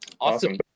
Awesome